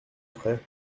ferais